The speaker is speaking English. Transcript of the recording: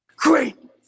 Great